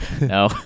No